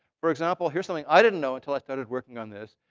for example, here's something i didn't know until i started working on this.